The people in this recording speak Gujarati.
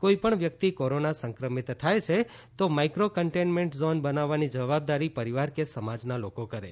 કોઇપણ વ્યક્તિ કોરોના સંક્રમિત થાય છે તો માઇક્રો કન્ટેઇન્ટમેન્ટ ઝોન બનાવવાની જવાબદારી પરિવાર કે સમાજના લોકો કરે